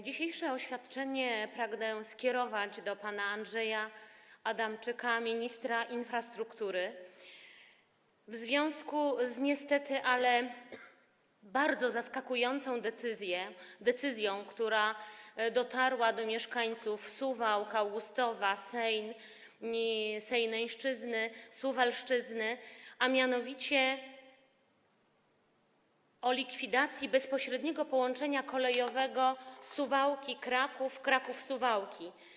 Dzisiejsze oświadczenie pragnę skierować do pana Andrzeja Adamczyka, ministra infrastruktury, w związku z bardzo zaskakującą niestety decyzją, która dotarła do mieszkańców Suwałk, Augustowa, Sejn, Sejneńszczyzny, Suwalszczyzny, dotyczącą likwidacji bezpośredniego połączenia kolejowego Suwałki - Kraków i Kraków - Suwałki.